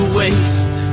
waste